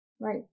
right